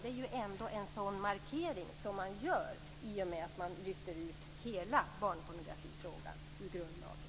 Det är ju en sådan markering man gör i och med att man lyfter ut hela barnpornografifrågan ur grundlagen.